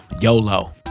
YOLO